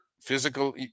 physical